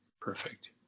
perfect